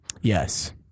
Yes